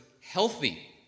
healthy